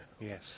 Yes